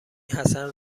حسن